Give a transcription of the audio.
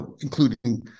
including